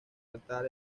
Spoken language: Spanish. altar